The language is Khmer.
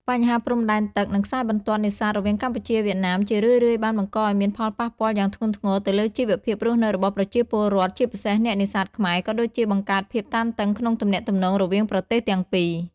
បញ្ហាព្រំដែនទឹក និងខ្សែបន្ទាត់នេសាទរវាងកម្ពុជាវៀតណាម ជារឿយៗបានបង្កឱ្យមានផលប៉ះពាល់យ៉ាងធ្ងន់ធ្ងរទៅលើជីវភាពរស់នៅរបស់ប្រជាពលរដ្ឋ ជាពិសេសអ្នកនេសាទខ្មែរ ក៏ដូចជាបង្កើតភាពតានតឹងក្នុងទំនាក់ទំនងរវាងប្រទេសទាំងពីរ។